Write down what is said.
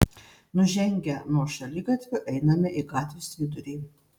nužengę nuo šaligatvio einame į gatvės vidurį